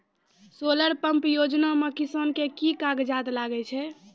Solar pump योजना म किसान के की कागजात लागै छै?